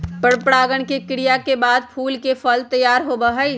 परागण के क्रिया के बाद फूल से फल तैयार होबा हई